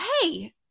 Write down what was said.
hey